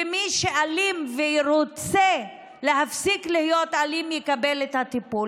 ומי שאלים ורוצה להפסיק להיות אלים יקבל את הטיפול.